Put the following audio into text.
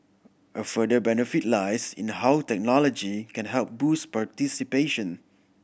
a further benefit lies in how technology can help boost participation